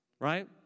right